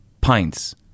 pints